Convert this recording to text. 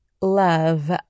love